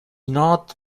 not